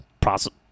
process